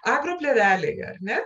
agroplėvelėj ar ne